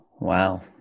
Wow